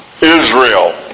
Israel